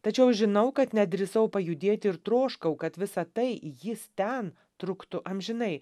tačiau žinau kad nedrįsau pajudėti ir troškau kad visa tai jis ten truktų amžinai